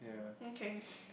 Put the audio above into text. okay